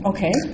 Okay